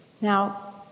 Now